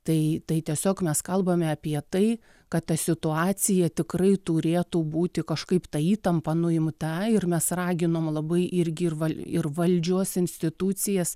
tai tiesiog mes kalbame apie tai kad ta situacija tikrai turėtų būti kažkaip ta įtampa nuimta ir mes raginom labai irgi ir val ir valdžios institucijas